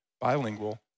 bilingual